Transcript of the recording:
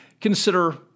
consider